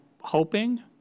hoping